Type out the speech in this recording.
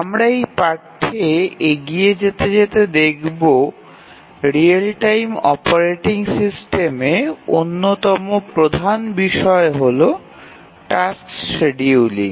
আমরা এই পাঠ্যে এগিয়ে যেতে যেতে দেখবো রিয়েল টাইম অপারেটিং সিস্টেমে অন্যতম প্রধান বিষয় হল টাস্ক্ সিডিউলিং